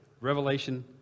Revelation